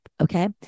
Okay